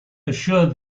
assured